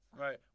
Right